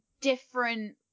different